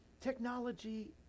technology